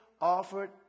offered